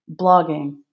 blogging